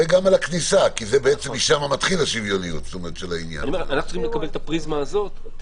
וגם על הכניסה, כי שם מתחילה השוויוניות.